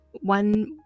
one